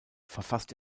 verfasst